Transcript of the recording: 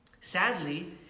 Sadly